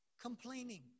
complaining